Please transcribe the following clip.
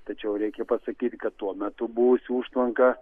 tačiau reikia pasakyt kad tuo metu buvusi užtvanka